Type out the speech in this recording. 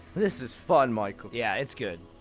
this is fun, michael yeah, it's good